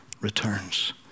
returns